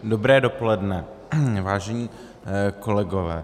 Dobré dopoledne, vážení kolegové.